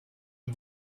est